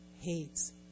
hates